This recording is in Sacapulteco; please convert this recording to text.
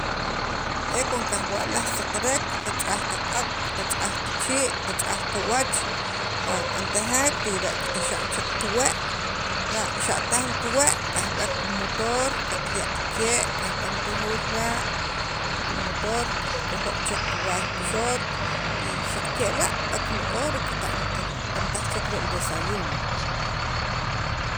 e cuando kajwa'laj kisaqarek qach'aj qaqab' qach'aj qachii' qach'aj qawach va b'antajek tik'ira' qaxa' chek qawee' la' xa' taj li qawee' kajb'eek pi motor qaqya' qakee' kajb'antajuul la' pi motor qakojo chek qawaay pi xot y xaq kela' kib'ek hora b'antaj chek re' li desayuno